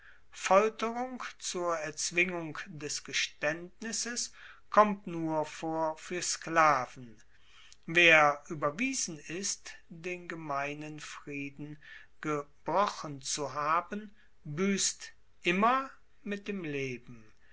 folterung zur erzwingung des gestaendnisses kommt nur vor fuer sklaven wer ueberwiesen ist den gemeinen frieden gebrochen zu haben buesst immer mit dem leben